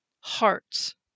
hearts